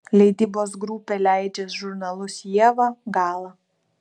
leidybos grupė leidžia žurnalus ieva gala